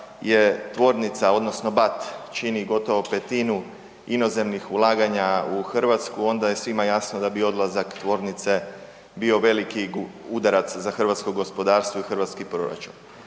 je tvornica odnosno BAT čini gotovo 5-tinu inozemnih ulaganja u Hrvatsku onda je svima jasno da bi odlazak tvornice bio veliki udarac za hrvatsko gospodarstvo i hrvatski proračun.